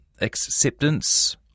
acceptance